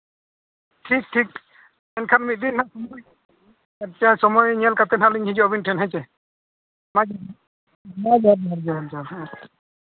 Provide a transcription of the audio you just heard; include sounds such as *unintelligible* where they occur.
ᱴᱷᱤᱠ ᱴᱷᱤᱠ ᱮᱱᱠᱷᱟᱱ ᱢᱤᱫ ᱫᱤᱱ ᱱᱟᱦᱟᱜ ᱥᱚᱢᱚᱭ ᱧᱮᱞ ᱠᱟᱛᱮᱫ ᱦᱟᱸᱜ ᱞᱤᱧ ᱦᱤᱡᱩᱜᱼᱟ ᱟᱹᱵᱤᱱ ᱴᱷᱮᱱ ᱦᱮᱸ ᱪᱮ *unintelligible* ᱢᱟ ᱡᱚᱦᱟᱨ ᱡᱚᱦᱟᱨ ᱦᱮᱸ